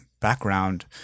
background